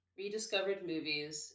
rediscoveredmovies